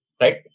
Right